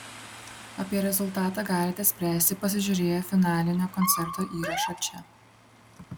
apie rezultatą galite spręsti pasižiūrėję finalinio koncerto įrašą čia